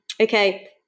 Okay